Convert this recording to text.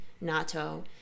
nato